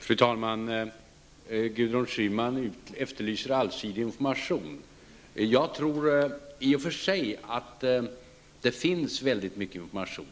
Fru talman! Gudrun Schyman efterlyser allsidig information. Jag tror i och för sig att det finns väldigt mycket information.